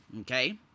okay